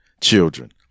children